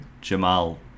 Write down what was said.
jamal